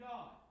God